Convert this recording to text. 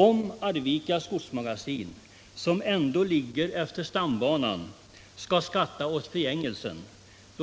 Om Arvikas godsmagasin, som ändå ligger utefter stambanan, skall skatta åt förgängelsen,